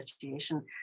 situation